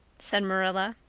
said marilla.